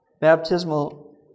baptismal